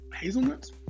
hazelnuts